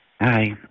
Hi